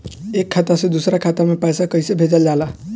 एक खाता से दूसरा खाता में पैसा कइसे भेजल जाला?